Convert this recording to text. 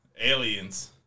Aliens